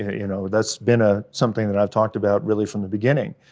you know, that's been ah something that i've talked about really from the beginning.